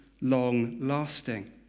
long-lasting